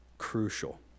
crucial